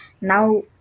Now